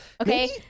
okay